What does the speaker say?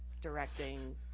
directing